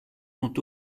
sont